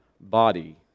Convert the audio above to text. body